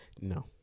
No